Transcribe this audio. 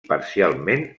parcialment